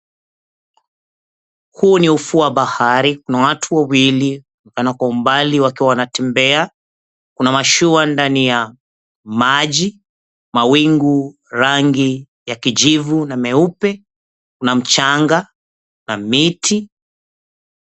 Huu ni ufuo wa bahari. Kuna watu wawili wanaonekana kwa umbali wakiwa wanatembea. Kuna mashua ndani ya maji, mawingu rangi ya kijivu na meupe, kuna mchanga na miti.